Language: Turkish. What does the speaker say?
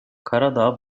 karadağ